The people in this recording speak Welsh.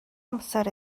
amser